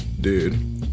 dude